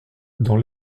dans